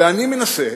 ואני מנסה,